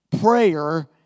prayer